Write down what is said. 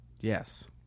Yes